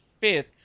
fifth